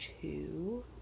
two